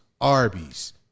Arby's